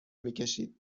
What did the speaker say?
میکشید